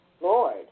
Lord